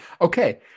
Okay